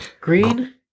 Green